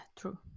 true